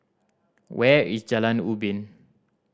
where is Jalan Ubin